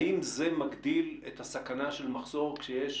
האם זה מגדיל את הסכנה של מחסור כשיש